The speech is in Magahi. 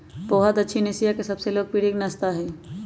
पोहा दक्षिण एशिया के सबसे लोकप्रिय नाश्ता हई